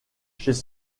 chez